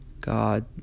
God